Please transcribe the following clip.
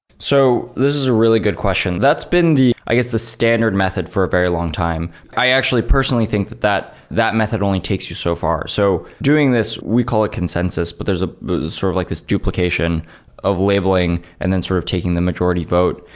so this is a really good question. that's been the, i guess the standard method for a very long time. i actually personally think that that that method only takes you so far. so doing this, we call it consensus, but there's ah sort of like this duplication of labeling and then sort of taking the majority vote.